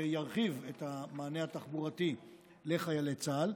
שירחיב את המענה התחבורתי לחיילי צה"ל,